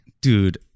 Dude